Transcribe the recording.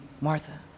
Martha